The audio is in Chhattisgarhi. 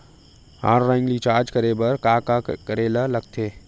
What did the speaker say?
ऑनलाइन रिचार्ज करे बर का का करे ल लगथे?